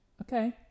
Okay